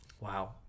Wow